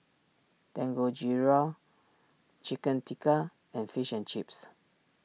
Dangojiru Chicken Tikka and Fish and Chips